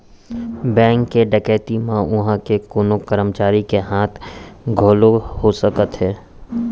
bank के डकैती म उहां के कोनो करमचारी के हाथ घलौ हो सकथे